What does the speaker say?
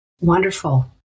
Wonderful